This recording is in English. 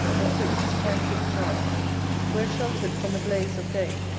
and quits his time-shook tow'r where, shelter'd from the blaze of day,